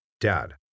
Dad